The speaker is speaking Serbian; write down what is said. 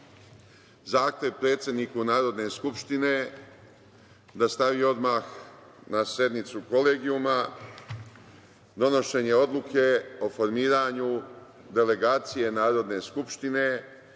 zahtev predsedniku Narodne skupštine da stavi odmah na sednicu kolegijuma donošenje odluke o formiranju delegacije Narodne skupštine